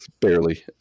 barely